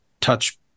touch